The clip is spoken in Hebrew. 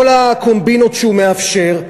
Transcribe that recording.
כל הקומבינות שהוא מאפשר,